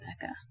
Becca